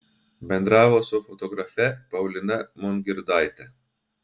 bendravo su fotografe paulina mongirdaite